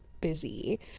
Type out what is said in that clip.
busy